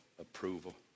approval